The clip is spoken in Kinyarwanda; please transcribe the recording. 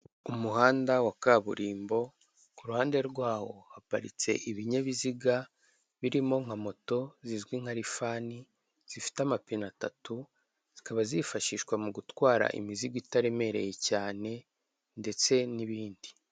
Umuhanda wa kaburimbo ku ruhande rwawo haparitse ibinyabiziga birimo nka moto zizwi nka rifani zifite amapine atatu, zikaba zifashishwa mu gutwara imizigo itaremereye cyane ndetse n'ibindi.